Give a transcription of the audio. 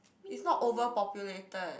it's not over populated